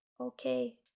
okay